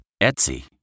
Etsy